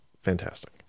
Fantastic